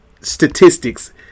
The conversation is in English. statistics